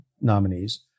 nominees